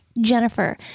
Jennifer